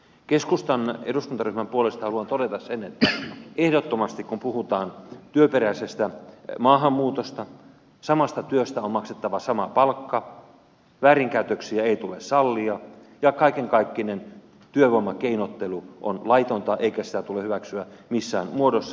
keskustan eduskuntaryhmän puolesta haluan todeta sen että ehdottomasti kun puhutaan työperäisestä maahanmuutosta samasta työstä on maksettava sama palkka väärinkäytöksiä ei tule sallia ja kaikenkaikkinen työvoimakeinottelu on laitonta eikä sitä tule hyväksyä missään muodossa